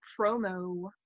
promo